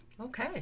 Okay